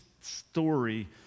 story